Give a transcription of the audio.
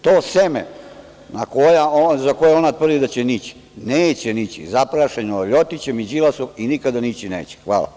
To seme za koje ona tvrdi da će nići, neće nići, zaprašeno je LJotićem i Đilasom i nikada nići neće.